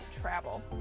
travel